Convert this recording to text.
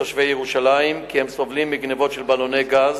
כ"ח באייר התש"ע (12 במאי 2010): תושבים בשכונות רוממה,